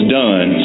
done